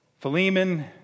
Philemon